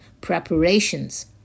preparations